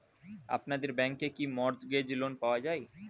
আপনাদের ব্যাংকে কি মর্টগেজ লোন পাওয়া যায়?